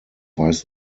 weiß